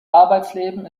arbeitsleben